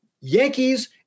Yankees